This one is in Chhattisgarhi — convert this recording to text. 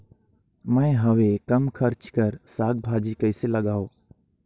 मैं हवे कम खर्च कर साग भाजी कइसे लगाव?